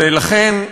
ולכן,